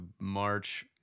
March